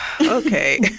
Okay